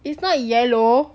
it's not yellow